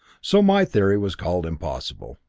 so my theory was called impossible.